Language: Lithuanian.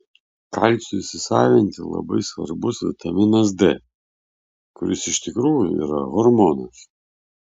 kalciui įsisavinti labai svarbus vitaminas d kuris iš tikrųjų yra hormonas